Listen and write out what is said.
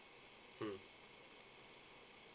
mm